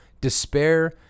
despair